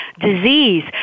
disease